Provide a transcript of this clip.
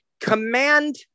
command